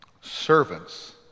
servants